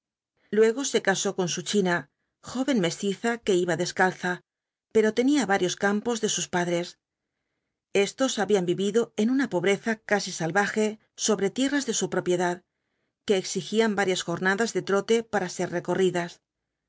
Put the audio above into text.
luego se casó con su china joven mestiza que iba descalza pero tenía varios campos de sus padres estos habían vivido en una pobreza casi salvaje sobre tierras de su propiedad que exigían varias jornadas de trote para ser recorridas